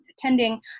attending